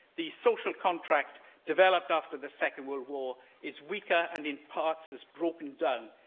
the social contract developed after the second world war is weaker and, in parts, has broken down.